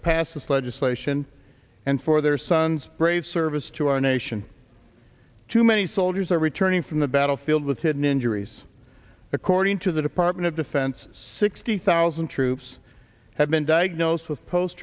to pass this legislation and for their son's brave service to our nation too many soldiers are returning from the battlefield with hidden injuries occur already into the department of defense sixty thousand troops have been diagnosed with post